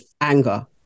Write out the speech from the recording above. anger